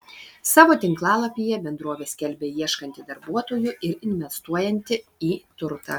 savo tinklalapyje bendrovė skelbia ieškanti darbuotojų ir investuojanti į turtą